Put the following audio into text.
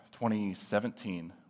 2017